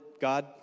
God